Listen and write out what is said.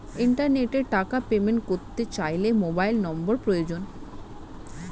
ইন্টারনেটে টাকা পেমেন্ট করতে চাইলে মোবাইল নম্বর প্রয়োজন